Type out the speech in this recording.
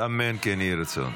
אמן כן יהי רצון.